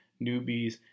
newbies